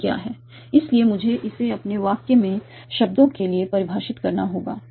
इसलिए मुझे इसे अपने वाक्य में शब्दों के लिए परिभाषित करना होगा